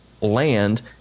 land